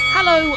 Hello